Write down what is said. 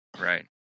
right